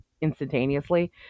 instantaneously